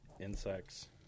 Insects